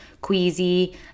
queasy